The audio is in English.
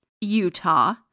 Utah